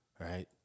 Right